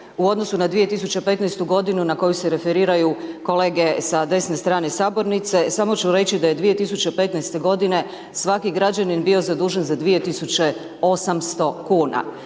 u odnosu na 2015. godinu na koju se referiraju kolege sa desne strane sabornice, samo ću reći da je 2015. godine svaki građanin bio zadužen za 2.800 kuna,